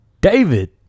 David